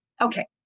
Okay